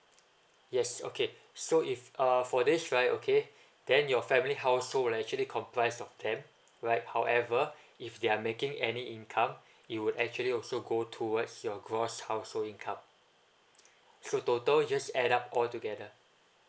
yes okay so if uh for this right okay then your family household would actually complies of that right however if they're making any income he would actually also go towards your gross household income so total just add up all together